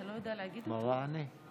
הצעות חוק הצעת חוק העונשין (תיקון,